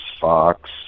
Fox